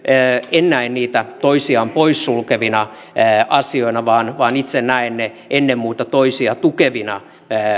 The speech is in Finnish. en näe niitä toisiaan poissulkevina asioina vaan vaan itse näen ne ennen muuta toisiaan tukevina